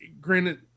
granted